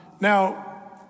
Now